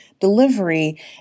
delivery